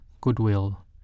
goodwill